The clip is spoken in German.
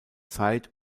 zeit